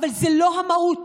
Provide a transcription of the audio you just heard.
אבל זו לא המהות,